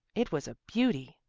it was a beauty.